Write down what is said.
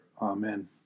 Amen